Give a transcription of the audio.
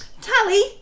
Tally